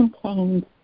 contained